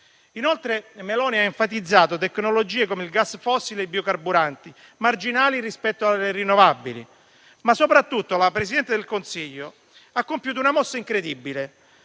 Inoltre, Meloni ha enfatizzato tecnologie, come il gas fossile e i biocarburanti, marginali rispetto alle rinnovabili, ma soprattutto la presidente del Consiglio ha compiuto una mossa incredibile,